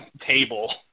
table